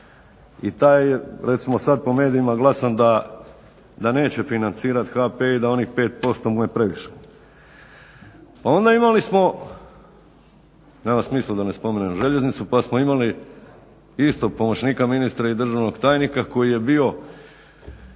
I taj recimo sada po medijima glasan da neće financirati HP da onih 5% mu je previše. Pa onda imali smo nema smisla da ne spomenem željeznicu, pa smo imali isto pomoćnika, ministra i državnog tajnika koji je bio